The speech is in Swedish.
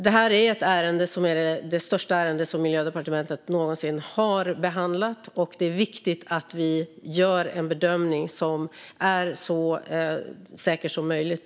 Det här är det största ärende som Miljödepartementet någonsin har behandlat, och det är viktigt att vi gör en bedömning som är så säker som möjligt.